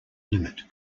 limit